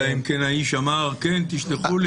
אלא אם כן האיש אמר: תשלחו לי,